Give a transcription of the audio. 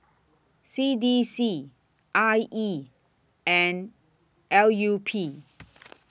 C D C I E and L U P